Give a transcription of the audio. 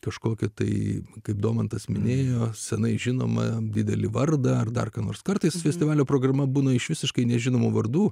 kažkokiu tai kaip domantas minėjo seniai žinoma didelį vardą ar dar ką nors kartais festivalio programa būna iš visiškai nežinomų vardų